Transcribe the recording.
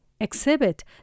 exhibit